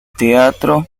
teatro